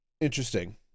interesting